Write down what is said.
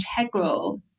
integral